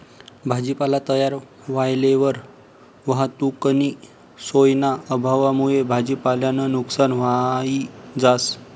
भाजीपाला तयार व्हयेलवर वाहतुकनी सोयना अभावमुये भाजीपालानं नुकसान व्हयी जास